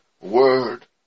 word